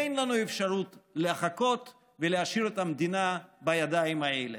אין לנו אפשרות לחכות ולהשאיר את המדינה בידיים האלה.